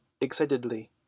excitedly